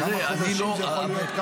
כמה חודשים זה יכול להיות?